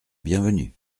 bienvenue